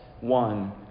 one